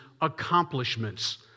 accomplishments